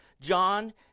John